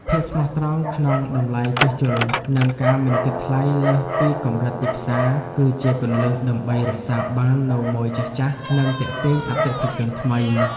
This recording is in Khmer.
ភាពស្មោះត្រង់ក្នុងតម្លៃជួសជុល និងការមិនគិតថ្លៃលើសពីកម្រិតទីផ្សារ គឺជាគន្លឹះដើម្បីរក្សាបាននូវម៉ូយចាស់ៗ និងទាក់ទាញអតិថិជនថ្មី។